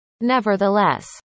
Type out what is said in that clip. Nevertheless